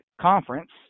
conference